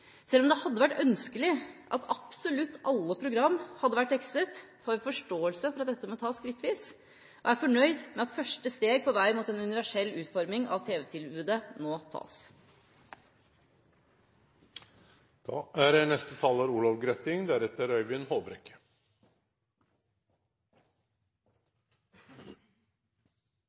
Selv om det hadde vært ønskelig at absolutt alle program hadde vært tekstet, har vi forståelse for at dette må tas skrittvis, og er fornøyd med at første steg på vei mot en universell utforming av tv-tilbudet nå tas. Tv-markedet er